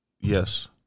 Yes